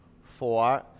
Four